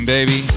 baby